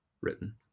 written